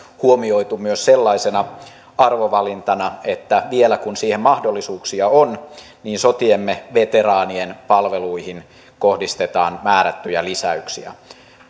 huomioitu myös sellaisena arvovalintana että vielä kun siihen mahdollisuuksia on sotiemme veteraanien palveluihin kohdistetaan määrättyjä lisäyksiä